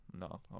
No